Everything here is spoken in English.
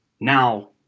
Now